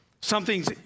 Something's